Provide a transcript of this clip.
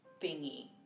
thingy